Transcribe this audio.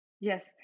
Yes